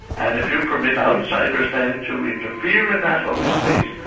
and if you permit outsiders then to interfere in that holy space,